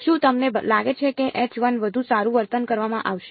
શું તમને લાગે છે કે વધુ સારું વર્તન કરવામાં આવશે